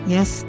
Yes